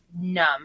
numb